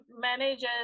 manages